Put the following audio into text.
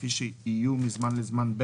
כפי שיהיה מזמן לזמן,